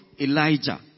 Elijah